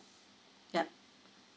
yup